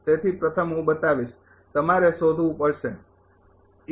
તેથી પ્રથમ હું બતાવીશ તમારે શોધવું પડશે એ